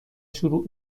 شروع